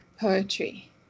poetry